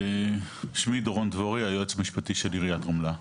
אני היועץ המשפטי של עיריית רמלה.